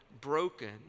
broken